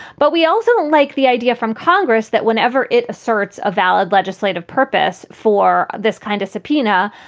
but we also like the idea from congress that whenever it asserts a valid legislative purpose for this kind of subpoena,